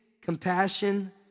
compassion